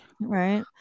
right